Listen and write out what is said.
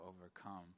overcome